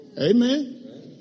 Amen